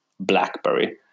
Blackberry